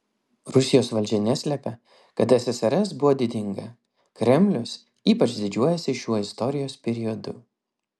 rusijos valdžia neslepia kad ssrs buvo didinga kremlius ypač didžiuojasi šiuo istorijos periodu